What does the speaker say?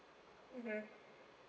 mmhmm